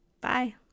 Bye